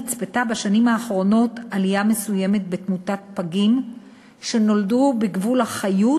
נצפתה בשנים האחרונות עלייה מסוימת בתמותת פגים שנולדו בגבול החיות